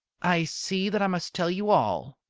i see that i must tell you all.